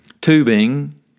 Tubing